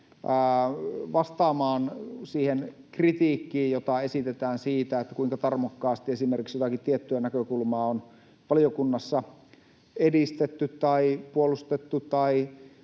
vastaamaan siihen kritiikkiin, jota esitetään siitä, kuinka tarmokkaasti esimerkiksi jotakin tiettyä näkökulmaa on valiokunnassa edistetty tai puolustettu,